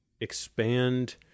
expand